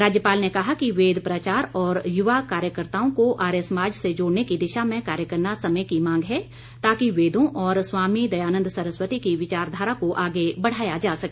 राज्यपाल ने कहा कि वेद प्रचार और युवा कार्यकर्ताओं को आर्य समाज से जोड़ने की दिशा में कार्य करना समय की मांग है ताकि वेदों और स्वामी दयानन्द सरस्वती की विचारधारा को आगे बढ़ाया जा सके